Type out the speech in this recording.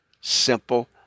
simple